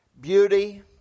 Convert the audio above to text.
beauty